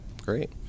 Great